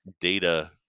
data